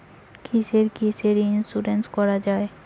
কিসের কিসের ইন্সুরেন্স করা যায়?